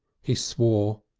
he swore,